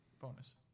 bonus